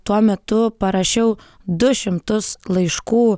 tuo metu parašiau du šimtus laiškų